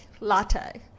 Latte